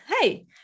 Hey